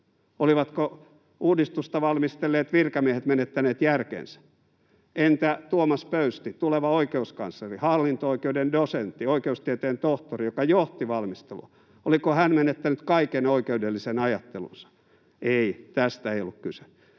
Olivatko uudistusta valmistelleet virkamiehet menettäneet järkensä? Entä Tuomas Pöysti, tuleva oikeuskansleri, hallinto-oikeuden dosentti, oikeustieteen tohtori, joka johti valmistelua, oliko hän menettänyt kaiken oikeudellisen ajattelunsa? Ei, tästä ei ollut kyse.